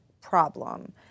problem